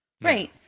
Right